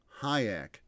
Hayek